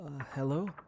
Hello